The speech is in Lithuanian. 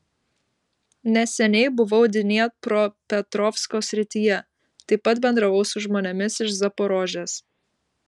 neseniai buvau dniepropetrovsko srityje taip pat bendravau su žmonėmis iš zaporožės